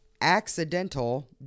accidental